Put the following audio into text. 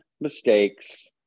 mistakes